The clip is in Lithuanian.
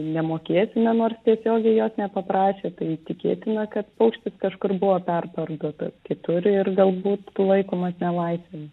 nemokėsime nors tiesiogiai jos nepaprašė tai tikėtina kad paukštis kažkur buvo perparduotas kitur ir galbūt laikomas nelaisvėj